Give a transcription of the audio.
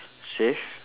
save